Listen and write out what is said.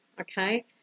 okay